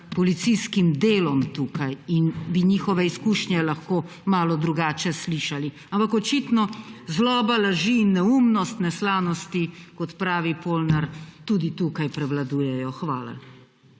policijskim delom tukaj in bi njihove izkušnje lahko malo drugače slišali. Ampak očitno zloba, laži in neumnost, neslanosti, kot pravi Polnar, tudi tukaj prevladujejo. Hvala.